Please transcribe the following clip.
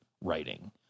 writing